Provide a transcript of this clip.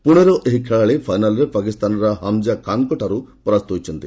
ପୁଣେର ଏହି ଖେଳାଳି ଫାଇନାଲ୍ରେ ପାକିସ୍ତାନର ହମ୍ଜା ଖାନ୍ଙ୍କଠାରୁ ପରାସ୍ତ ହୋଇଛନ୍ତି